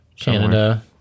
canada